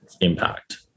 impact